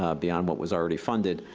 ah beyond what was already funded.